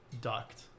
duct